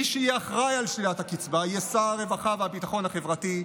מי שיהיה אחראי לשלילת הקצבה יהיה שר הרווחה והביטחון החברתי,